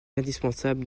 indispensable